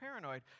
paranoid